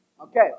Okay